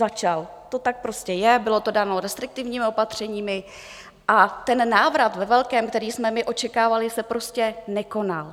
Začal, to tak prostě je, bylo to dáno restriktivními opatřeními a návrat ve velkém, který jsme očekávali, se prostě nekonal.